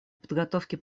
подготовки